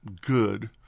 good